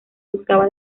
buscaba